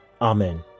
amen